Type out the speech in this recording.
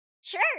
Sure